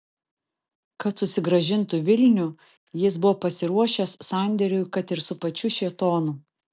kad susigrąžintų vilnių jis buvo pasiruošęs sandėriui kad ir su pačiu šėtonu